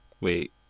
Wait